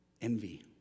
Envy